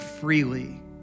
freely